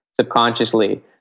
subconsciously